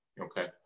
okay